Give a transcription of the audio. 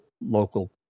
local